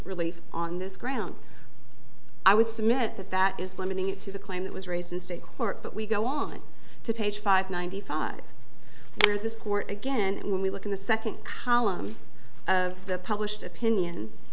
really on this ground i would submit that that is limiting it to the claim that was raised in state court but we go on to page five ninety five and this court again when we look in the second column of the published opinion